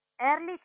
Early